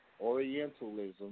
Orientalism